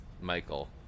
Michael